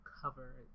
cover